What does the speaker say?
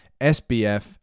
SBF